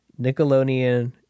Nickelodeon